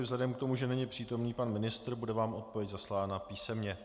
Vzhledem k tomu, že není přítomný pan ministr, bude vám odpověď zaslána písemně.